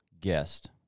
guest